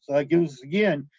that gives, again,